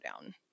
down